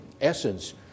essence